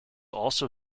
also